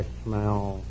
smell